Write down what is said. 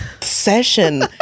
session